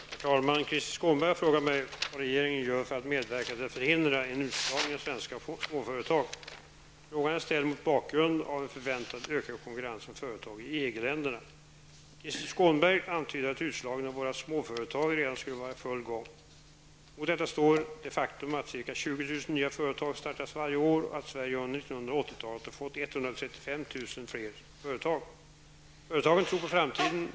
Herr talman! Krister Skånberg har frågat mig vad regeringen gör för att medverka till att förhindra en utslagning av svenska småföretag. Frågan är ställd mot bakgrund av en förväntad ökad konkurrens från företag i EG-länderna. Krister Skånberg antyder att utslagningen av våra småföretag redan skulle vara i full gång. Mot detta står det faktum att ca 20 000 nya företag startas varje år och att Sverige under 1980-talet har fått 135 000 fler företag. I företagen tror man på framtiden.